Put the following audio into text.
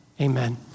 Amen